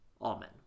Amen